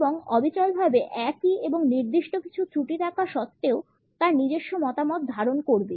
এবং অবিচলভাবে একই এবং নির্দিষ্ট কিছু ত্রুটি থাকা সত্ত্বেও তার নিজস্ব মতামত ধারণ করবে